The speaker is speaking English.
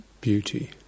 beauty